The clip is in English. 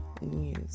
news